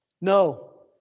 No